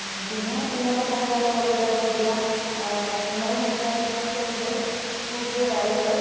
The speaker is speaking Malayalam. പിന്നെ വിനോദ സഞ്ചാരികളുടെ കൂടിയ വിനോദസഞ്ചാരികളുടെ കുടിയ വരവ്